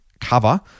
cover